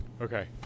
Okay